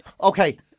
Okay